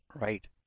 Right